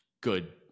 good